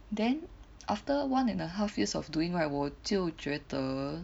then after one and a half years of doing right 我就觉得